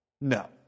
No